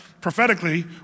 prophetically